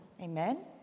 Amen